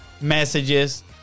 messages